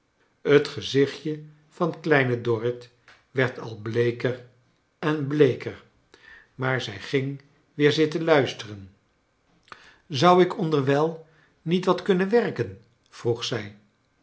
het gezichtje van kleine dorrit werd al bleeker en bleeker maar zij ging weer zitten luisteren zou ik kleine doerit onderwijl niet wat kunnen werken vroeg zij